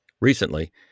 Recently